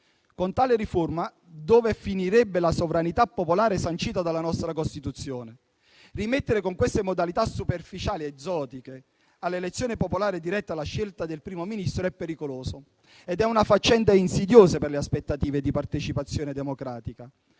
con tale riforma, dove finirebbe la sovranità popolare sancita dalla nostra Costituzione? Rimettere con queste modalità superficiali e zotiche all'elezione popolare diretta la scelta del Primo Ministro è pericoloso ed è una faccenda insidiosa per le aspettative di partecipazione democratica;